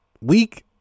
Week